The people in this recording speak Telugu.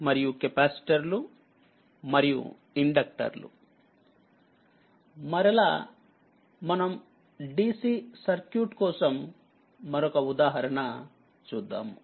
మరలా మనం DC సర్క్యూట్ కోసం మరొక ఉదాహరణ చూద్దాము